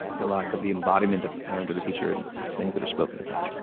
the lack of the embodiment of the parent or the teacher and these things that are spoken about.